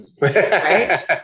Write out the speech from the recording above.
right